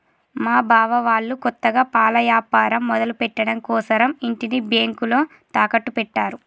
మా బావ వాళ్ళు కొత్తగా పాల యాపారం మొదలుపెట్టడం కోసరం ఇంటిని బ్యేంకులో తాకట్టు పెట్టారు